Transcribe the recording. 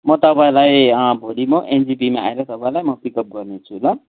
म तपाईँलाई भोलि म एनजेपीमा आएर म तपाईँलाई पिकअप गर्छु ल